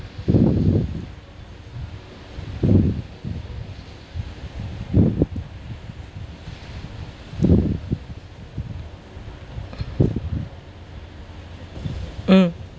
mm